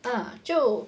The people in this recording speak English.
uh 就